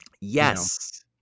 Yes